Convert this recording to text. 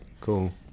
cool